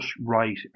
right